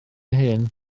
hyn